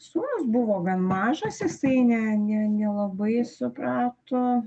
sūnus buvo gan mažas jis ne ne nelabai suprato